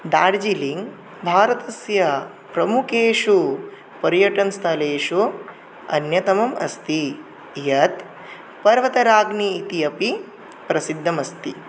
दार्जिलिङ्ग् भारतस्य प्रमुखेषु पर्यटनस्थलेषु अन्यतमम् अस्ति यत् पर्वतराज्ञी इति अपि प्रसिद्धमस्ति